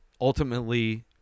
ultimately